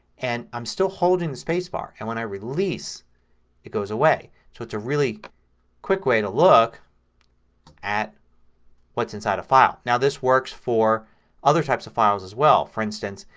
and i'm still holding the spacebar, and when i release it goes away. so it's a really quick way to look at what's inside a file. now it works for other types of files as well. for instance,